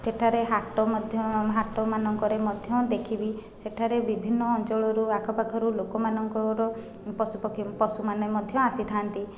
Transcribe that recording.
ସେଠାରେ ହାଟ ମଧ୍ୟ ହାଟମାନଙ୍କରେ ମଧ୍ୟ ଦେଖିବି ସେଠାରେ ବିଭିନ୍ନ ଅଞ୍ଚଳରୁ ଆଖପାଖରୁ ଲୋକମାନଙ୍କର ପଶୁପକ୍ଷୀ ପଶୁମାନେ ମଧ୍ୟ ଆସିଥାନ୍ତି